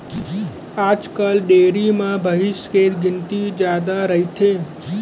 आजकाल डेयरी म भईंस के गिनती जादा रइथे